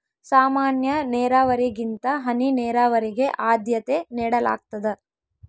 ಸಾಮಾನ್ಯ ನೇರಾವರಿಗಿಂತ ಹನಿ ನೇರಾವರಿಗೆ ಆದ್ಯತೆ ನೇಡಲಾಗ್ತದ